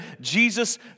Jesus